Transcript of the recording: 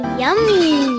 yummy